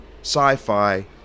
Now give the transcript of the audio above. sci-fi